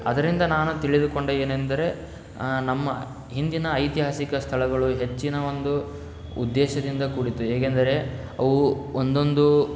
ಅದರಿಂದ ನಾನು ತಿಳಿದುಕೊಂಡೆ ಏನೆಂದರೆ ನಮ್ಮ ಹಿಂದಿನ ಐತಿಹಾಸಿಕ ಸ್ಥಳಗಳು ಹೆಚ್ಚಿನ ಒಂದು ಉದ್ದೇಶದಿಂದ ಕೂಡಿತ್ತು ಹೇಗೆಂದರೆ ಅವು ಒಂದೊಂದು